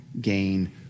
gain